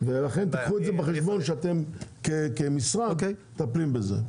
ולכן תיקחו בחשבון שאתם, כמשרד, מטפלים בזה.